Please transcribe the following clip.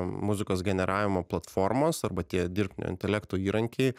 muzikos generavimo platformos arba tie dirbtinio intelekto įrankiai